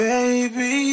Baby